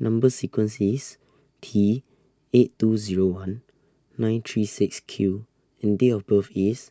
Number sequence IS T eight two Zero one nine three six Q and Date of birth IS